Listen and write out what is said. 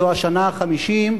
זו השנה ה-50,